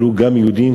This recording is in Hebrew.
עלו יהודים,